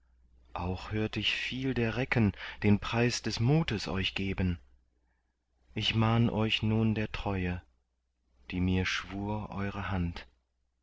auch hört ich viel der recken den preis des mutes euch geben ich mahn euch nun der treue die mir schwur eure hand